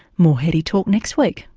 more heady talk next week.